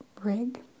rig